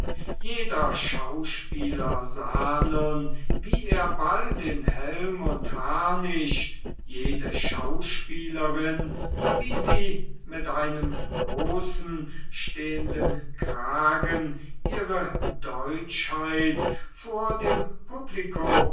jeder schauspieler sah nun wie er bald in helm und harnisch jede schauspielerin wie sie mit einem großen stehenden kragen ihre deutschheit vor dem publiko